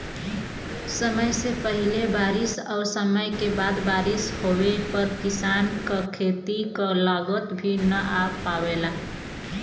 समय से पहिले बारिस और समय के बाद बारिस होवे पर किसान क खेती क लागत भी न आ पावेला